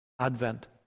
Advent